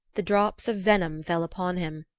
the drops of venom fell upon him,